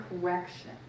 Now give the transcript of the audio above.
correction